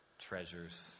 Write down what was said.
treasures